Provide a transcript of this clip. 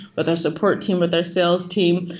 with our support team, with our sales team.